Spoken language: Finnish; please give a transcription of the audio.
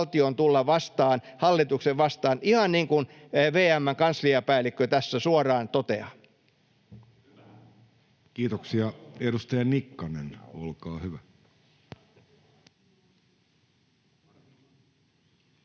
ja hallituksen tulla vastaan, ihan niin kuin VM:n kansliapäällikkö tässä suoraan toteaa. Kiitoksia. — Edustaja Nikkanen, olkaa hyvä.